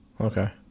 Okay